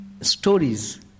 stories